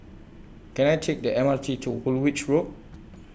Can I Take The M R T to Woolwich Road